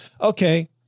Okay